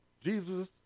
Jesus